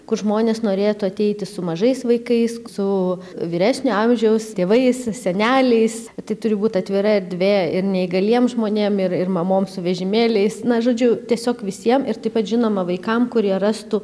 kur žmonės norėtų ateiti su mažais vaikais su vyresnio amžiaus tėvais seneliais tai turi būt atvira erdvė ir neįgaliem žmonėm ir ir mamom su vežimėliais na žodžiu tiesiog visiem ir taip pat žinoma vaikam kurie rastų